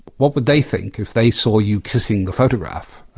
what would they think if they saw you kissing the photograph?